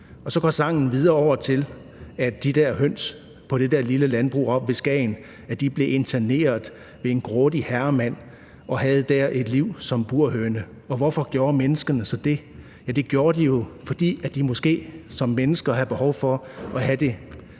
sangen videre med, at de der høns på det der lille landbrug oppe ved Skagen blev interneret ved en grådig herremand og havde der et liv som burhøne, og hvorfor gjorde menneskene så det? Ja, det gjorde de jo, fordi de måske som mennesker havde behov for at have det